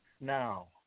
Now